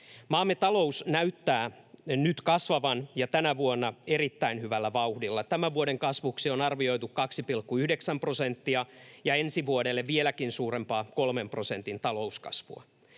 Maamme talous näyttää nyt kasvavan, ja tänä vuonna erittäin hyvällä vauhdilla. Tämän vuoden kasvuksi on arvioitu 2,9 prosenttia ja ensi vuodelle vieläkin suurempaa, 3 prosentin talouskasvua.